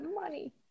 Money